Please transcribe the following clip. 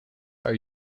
are